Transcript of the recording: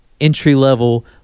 entry-level